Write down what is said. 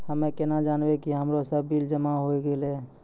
हम्मे केना जानबै कि हमरो सब बिल जमा होय गैलै?